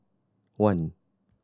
one